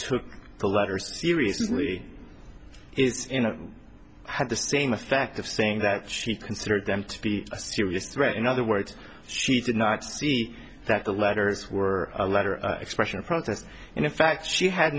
took the letter seriously it's you know had the same effect of saying that she considered them to be a serious threat in other words she did not see that the letters were a letter expression of protest and in fact she had